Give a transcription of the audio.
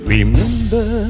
Remember